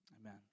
Amen